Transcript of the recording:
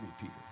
Peter